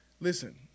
listen